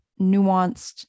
nuanced